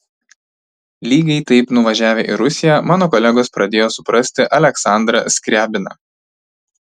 lygiai taip nuvažiavę į rusiją mano kolegos pradėjo suprasti aleksandrą skriabiną